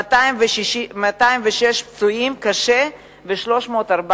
206 נפצעו קשה ו-314,